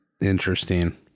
Interesting